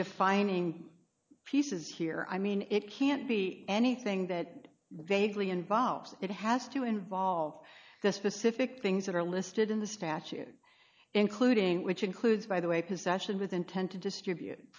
defining pieces here i mean it can't be anything that vaguely involves it has to involve the specific things that are listed in the statute including which includes by the way possession with intent to distribute